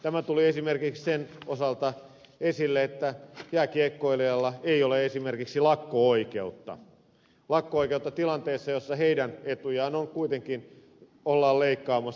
tämä tuli esimerkiksi sen osalta esille että jääkiekkoilijoilla ei ole esimerkiksi lakko oikeutta tilanteessa jossa heidän etujaan kuitenkin ollaan leikkaamassa